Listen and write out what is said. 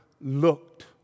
looked